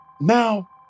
now